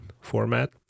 format